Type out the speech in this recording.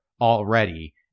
already